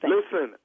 Listen